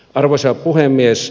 arvoisa puhemies